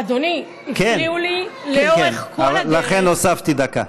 אדוני, הפריעו לי לאורך כל הדרך.